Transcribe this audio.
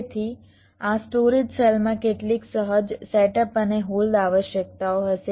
તેથી આ સ્ટોરેજ સેલમાં કેટલીક સહજ સેટઅપ અને હોલ્ડ આવશ્યકતાઓ હશે